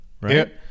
Right